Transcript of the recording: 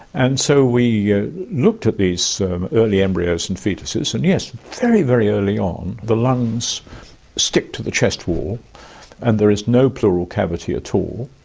and so we ah looked at these early embryos and foetuses and, yes, very, very early on the lungs stick to the chest wall and there is no pleural cavity at all.